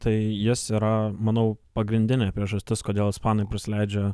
tai jis yra manau pagrindinė priežastis kodėl ispanai prasileidžia